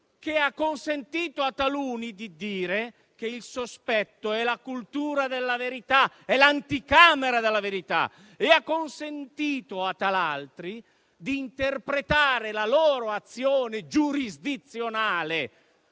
che ha consentito a taluni di dire che il sospetto è la cultura della verità, è l'anticamera della verità, e ha consentito a talaltri di interpretare la loro azione giurisdizionale